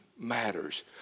Matters